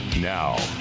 Now